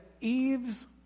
Eve's